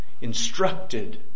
instructed